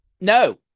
no